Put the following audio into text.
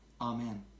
Amen